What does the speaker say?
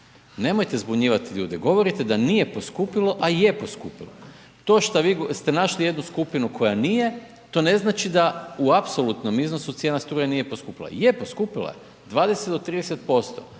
Nemojte zbunjivati ljude. Govorite da nije poskupilo a je poskupilo. To šta vi ste našli jednu skupinu koja nije, to ne znači da u apsolutnom iznosu cijena struje nije poskupila, je, poskupila je, 20 do 30%.